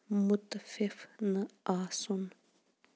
مُتٕفِف نہٕ آسُن